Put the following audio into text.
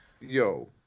Yo